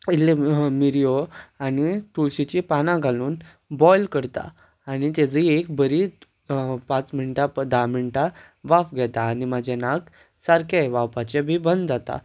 इल्लें मिऱ्यो आनी तुळशीचीं पानां घालून बॉयल करता आनी तेजी एक बरी पांच मिण्टां धा मिण्टां वाफ घेता आनी म्हजें नाक सारकें व्हांवपाचें बी बंद जाता